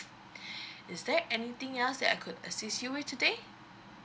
is there anything else that I could assist you with today